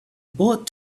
bullet